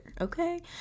Okay